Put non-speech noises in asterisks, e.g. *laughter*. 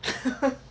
*laughs*